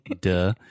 Duh